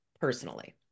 personally